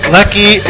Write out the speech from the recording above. Lucky